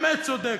באמת צודק,